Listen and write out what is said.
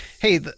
hey